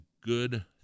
good